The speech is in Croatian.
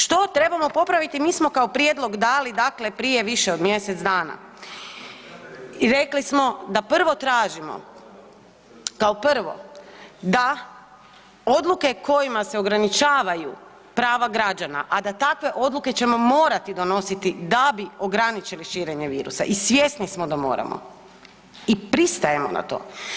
Što trebamo popraviti mi smo kao prijedlog dali, dakle prije više od mjesec dana i rekli smo da prvo tražimo, kao prvo da odluke kojima se ograničavaju prava građana, a da takve odluke ćemo morati donositi da bi ograničili širenje virusa i svjesni smo da moramo i pristajemo na to.